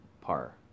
par